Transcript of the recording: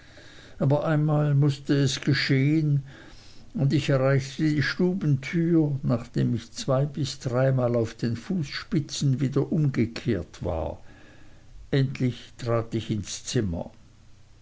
aber einmal mußte es geschehen und ich erreichte die stubentür nachdem ich zwei bis dreimal auf den fußspitzen wieder umgekehrt war endlich trat ich ins zimmer